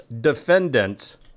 defendants